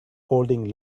holding